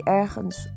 ergens